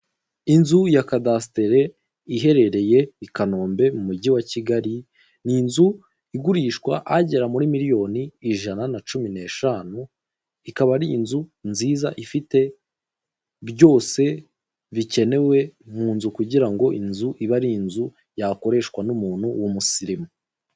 Inzu ya kadasitere iherereye i Kanombe mu mujyi wa Kigali, ni inzu igurishwa agera muri miliyoni ijana na cumi n'eshanu ikaba ari inzu nziza ifite byose bikenewe mu nzu kugira ngo inzu ibe ari inzu yakoreshwa n'umuntu w'umusirimu.